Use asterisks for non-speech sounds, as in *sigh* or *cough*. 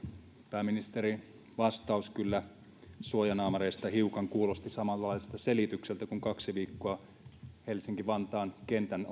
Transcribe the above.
pääministerin vastaus suojanaamareista kyllä hiukan kuulosti samanlaiselta selitykseltä kuin kaksi viikkoa helsinki vantaan kentän *unintelligible*